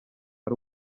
ari